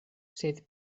sed